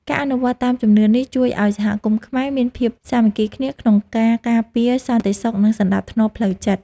ការអនុវត្តតាមជំនឿនេះជួយឱ្យសហគមន៍ខ្មែរមានភាពសាមគ្គីគ្នាក្នុងការការពារសន្តិសុខនិងសណ្តាប់ធ្នាប់ផ្លូវចិត្ត។